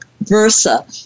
versa